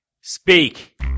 Speak